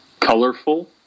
colorful